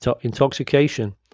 intoxication